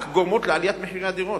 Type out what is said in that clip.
רק גורמות לעליית מחירי הדירות,